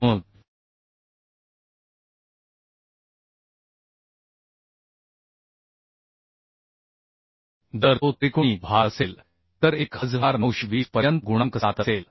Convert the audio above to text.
मग जर तो त्रिकोणी भार असेल तर 1920 पर्यंत गुणांक 7 असेल